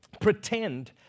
pretend